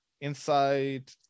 inside